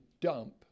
dump